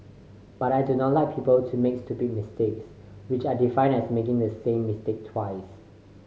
but I do not like people to make stupid mistakes which I define as making the same mistake twice